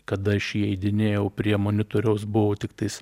kada aš į jį eidinėjau prie monitoriaus buvo tiktais